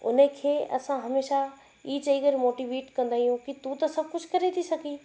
उन खे असां हमेशह ई चई करे मोटिवेट कंदा आहियूं कि तू त सभु कुझु करे थी सघी